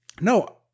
No